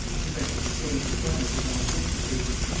he went through the same performance as on the first occasion,